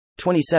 27